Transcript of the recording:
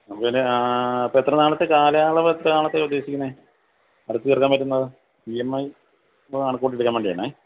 നമുക്ക് പിന്നെ അപ്പോൾ എത്ര നാളത്തെ കാലയളവ് എത്ര നാളത്തെ ആണ് ഉദ്ദേശിക്കുന്നത് അടച്ച് തീർക്കാൻ പറ്റുന്നത് ഇ എം ഐ കണക്ക് കൂട്ടി എടുക്കാൻ വേണ്ടിയായിരുന്നേ